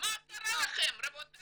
מה קרה לכם, רבותי?